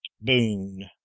boon